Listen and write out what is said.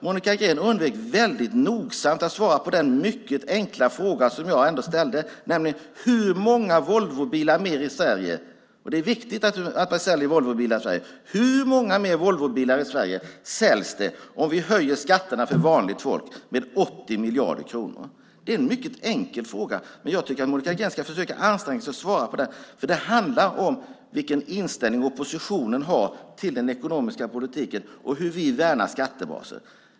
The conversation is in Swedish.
Monica Green undvek nogsamt att svara på den mycket enkla fråga som jag ställde, nämligen: Hur många fler Volvobilar säljs det i Sverige - och det är viktigt att man säljer Volvobilar i Sverige - om vi höjer skatterna för vanligt folk med 80 miljarder kronor? Det är en mycket enkel fråga. Jag tycker att Monica Green ska försöka anstränga sig för att svara på den, för det handlar om vilken inställning oppositionen har till den ekonomiska politiken och hur vi värnar skattebasen.